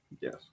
yes